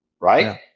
right